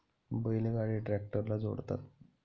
बैल गाडी ट्रॅक्टरला जोडतात